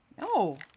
No